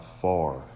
far